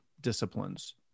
disciplines